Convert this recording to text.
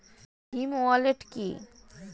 Bhim wallet কি?